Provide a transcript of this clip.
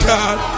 God